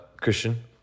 Christian